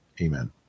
Amen